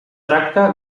tracta